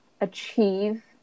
achieve